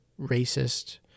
racist